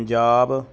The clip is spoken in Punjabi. ਪੰਜਾਬ